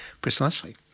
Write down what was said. Precisely